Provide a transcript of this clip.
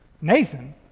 Nathan